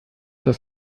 das